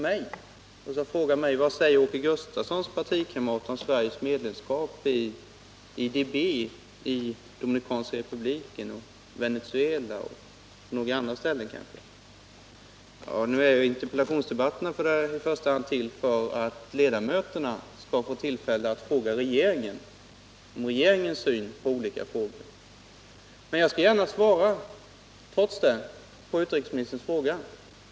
Han frågade: Vad säger Åke Gustavssons partikamrater i andra länder om Sveriges medlemskap i IDB? Jag antar att han menade mina partikamrater i Dominikanska republiken, Venezuela och kanske på några andra ställen. Interpellationsdebatterna är i första hand till för att ledamöterna skall få tillfälle att fråga regeringen om dess syn på olika ting, men jag skall trots det gärna svara på utrikesministerns fråga.